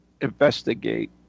investigate